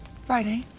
Friday